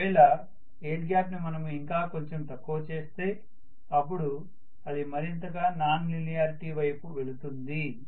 ఒకవేళ air gap ని మనము ఇంకా కొంచెము తక్కువ చేస్తే అపుడు అది మరింతగా నాన్ లీనియార్టీ వైపు వెళుతుంది